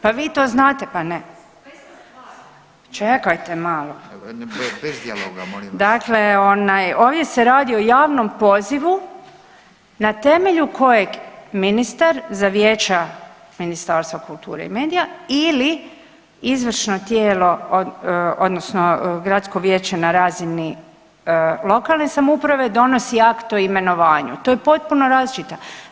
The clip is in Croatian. Pa vi to znate pa ne [[Upadica iz klupe: To je ista stvar]] Čekajte malo [[Upadica Reiner: Bez dijaloga molim vas]] Dakle onaj ovdje se radi o javnom pozivu na temelju kojeg ministar za vijeća Ministarstva kulture i medija ili izvršno tijelo odnosno gradsko vijeće na razini lokalne samouprave donosi akt o imenovanju, to je potpuno različito.